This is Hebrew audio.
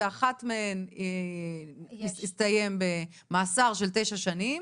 ואחת מהן הסתיימה במאסר של תשע שנים.